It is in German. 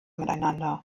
miteinander